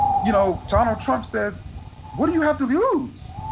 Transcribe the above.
you know, donald trump says what do you have to lose?